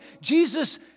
Jesus